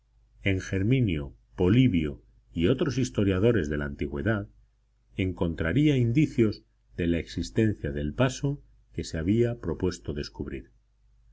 en germinio polibio y otros historiadores de la antigüedad encontraría indicios de la existencia del paso que se había propuesto descubrir